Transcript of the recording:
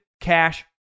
Cash